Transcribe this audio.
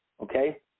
okay